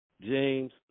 James